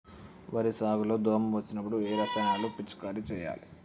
వరి సాగు లో దోమ వచ్చినప్పుడు ఏ రసాయనాలు పిచికారీ చేయాలి?